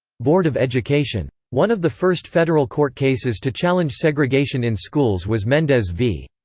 board of education. one of the first federal court cases to challenge segregation in schools was mendez v.